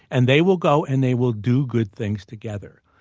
and they will go and they will do good things together.